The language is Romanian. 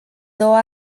două